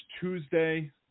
Tuesday